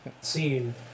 seen